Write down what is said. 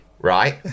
right